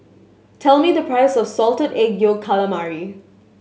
tell me the price of Salted Egg Yolk Calamari